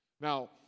Now